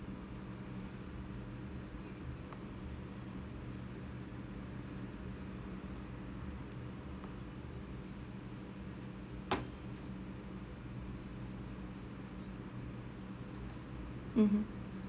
mmhmm